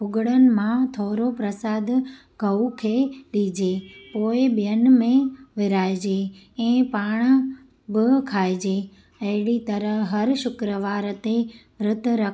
भुगड़नि मां थोड़ो प्रसादु ॻऊं खे ॾिजे पोइ ॿियनि में विराएजे ईअं पाण बि खाएजे अहिड़ी तरह हर शुक्रवार ते विर्त र